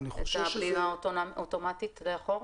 את הבלימה האוטומטית לאחור.